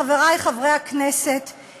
חברי חברי הכנסת,